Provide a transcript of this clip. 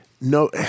No